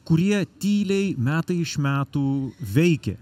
kurie tyliai metai iš metų veikė